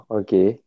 okay